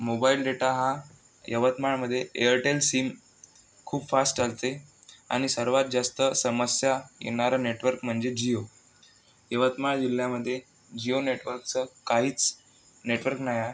mobile data हा यवतमाळमध्ये Airtel SIM खूप फास्ट चालते आणि सर्वात जास्त समस्या येणारं नेटवर्क म्हणजे जिओ यवतमाळ जिल्ह्यामध्ये जिओ नेटवर्कचं काहीच नेटवर्क नाही आहे